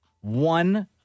One